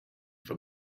from